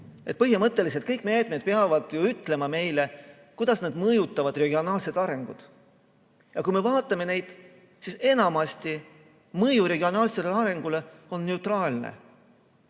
Põhimõtteliselt kõik meetmed peavad ju ütlema meile, kuidas nad mõjutavad regionaalset arengut, aga kui me vaatame neid, siis enamasti mõju regionaalsele arengule on neutraalne: